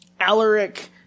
Alaric